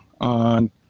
on